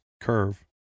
Curve